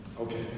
Okay